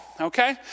okay